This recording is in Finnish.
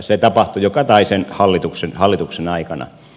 se tapahtui jo kataisen hallituksen aikana